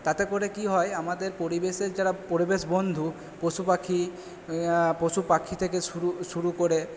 তাতে করে কী হয় আমাদের পরিবেশের যারা পরিবেশবন্ধু পশু পাখি পশু পাখি থেকে শুরু শুরু করে